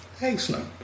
Excellent